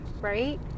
right